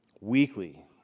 Weekly